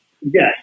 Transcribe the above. Yes